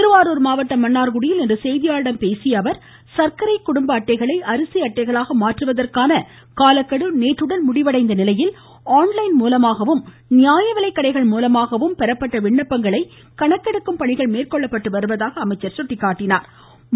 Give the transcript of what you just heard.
திருவாரூர் மாவட்டம் மன்னா்குடியில் இன்று செய்தியாளர்களிடம் பேசிய அவர் சர்க்கரை குடும்ப அட்டைகளை அரிசி அட்டைகளாக மாற்றுவதற்கான காலக்கெடு நேற்றுடன் முடிவடைந்த நிலையில் ஆன் லைன் மூலமாகவும் நியாயவிலைக்கடைகள் மூலமாகவும் பெறப்பட்ட விண்ணப்பங்களை கணக்கெடுக்கும் பணிகள் மேற்கொள்ளப்பட்டு வருவதாக சுட்டிக்காட்டினாா்